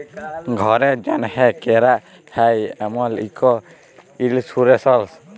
ঘ্যরের জ্যনহে ক্যরা হ্যয় এমল ইক ইলসুরেলস